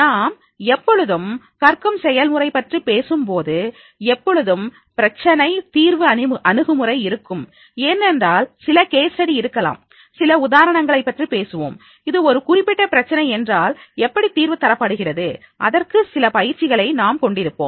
நாம் எப்பொழுதும் கற்கும் செயல்முறை பற்றிப் பேசும்போது எப்பொழுதும் பிரச்சனை தீர்வு அணுகுமுறை இருக்கும் ஏனென்றால் சில கேஸ் ஸ்டடி இருக்கலாம் சில உதாரணங்களை பற்றி பேசுவோம் இது ஒரு குறிப்பிட்ட பிரச்சனை என்றால் எவ்வாறு தீர்வு தரப்படுகிறது அதற்கு சில பயிற்சிகள் நாம் கொண்டிருப்போம்